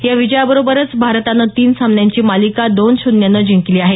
या विजयाबरोबरच भारतानं तीन सामन्यांची मालिका दोन शून्यनं जिंकली आहे